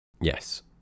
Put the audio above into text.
Yes